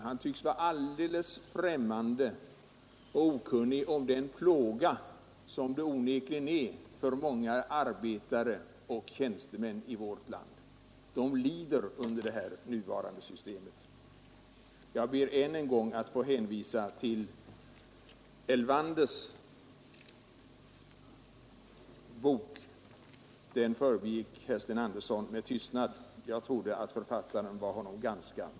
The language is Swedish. Han tycks vara alldeles främmande för och okunnig om den plåga som kollektivanslutningen onekligen är för många arbetare och tjänstemän i vårt land. De lider under det nuvarande systemet Jag ber än en gång att få hänvisa till Elvanders bok. Den förbigick herr Sten Andersson med tystnad. Jag trodde att författaren var honom välbekant.